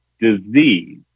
disease